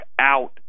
out